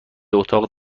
اتاق